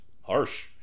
harsh